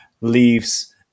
leaves